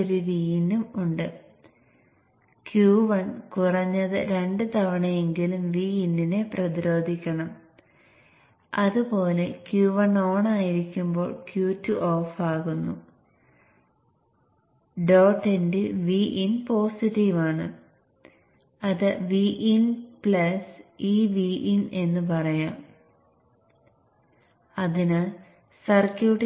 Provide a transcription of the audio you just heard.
അല്ലെങ്കിൽ non dot എൻഡിലും secondary വശത്തും പോസിറ്റീവ്